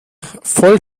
voll